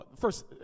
first